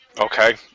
Okay